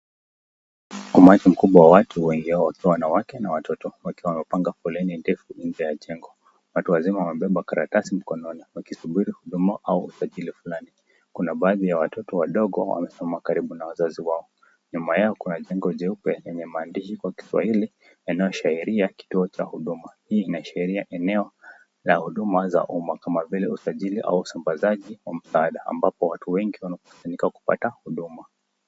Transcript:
Umati mkubwa wa watu wengi wao wakiwa wanawake na watoto wakiwa wamepanga foleni ndefu nje ya jengo. Watu wazima wamebeba karatasi mkononi wakisubiri huduma au usajili fulali. Kuna baadhi ya watoto wadogo wamesimama karibu na wazazi wao. Nyuma yao kuna jengo nyeupe kwenye maandishi kwa Kiswahili inayoashiria kituo cha huduma hii inaashiria eneno la huduma za umma kama vile usajili au usambazaji wa msaada ambapo watu wengi wanakusanyika kupata huduma.